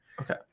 Okay